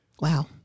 Wow